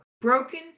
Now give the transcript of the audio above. Broken